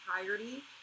entirety